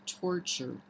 torture